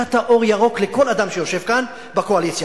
נתת אור ירוק לכל אדם שיושב כאן בקואליציה.